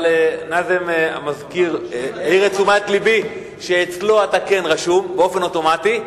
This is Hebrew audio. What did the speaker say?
אבל נאזם המזכיר העיר את תשומת לבי שאצלו אתה כן רשום באופן אוטומטי,